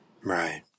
Right